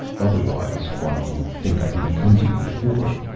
otherwise, why do you think i didn't come to you before?